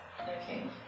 Okay